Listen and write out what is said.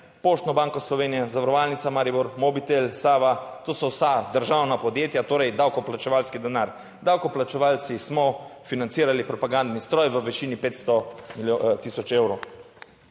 Poštno banko Slovenije, Zavarovalnica Maribor, Mobitel, Sava, to so vsa državna podjetja, torej davkoplačevalski denar. Davkoplačevalci smo financirali propagandni stroj v višini 500 tisoč evrov.